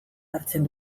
hartzen